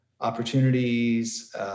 opportunities